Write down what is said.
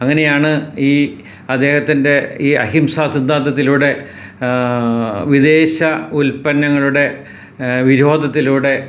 അങ്ങനെയാണ് ഈ അദ്ദേഹത്തിൻ്റെ ഈ അഹിംസ സിദ്ധാന്തത്തിലൂടെ വിദേശ ഉൽപ്പന്നങ്ങളുടെ വിരോധത്തിലൂടെ